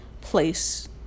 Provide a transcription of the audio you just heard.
place